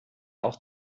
auch